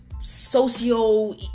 socio